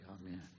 Amen